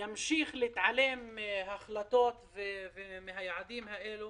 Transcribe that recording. שימשיך להתעלם מהחלטות ומהיעדים ניתן